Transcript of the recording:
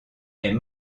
est